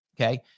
Okay